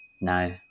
no